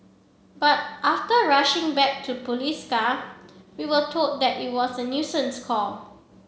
but after rushing back to police car we were told that it was a nuisance call